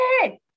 hey